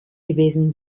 gewesen